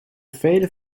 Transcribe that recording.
vele